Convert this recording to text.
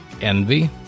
Envy